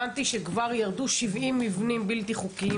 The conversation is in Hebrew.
הבנתי שכבר ירדו 70 מבנים בלתי חוקיים